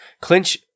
clinch